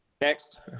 Next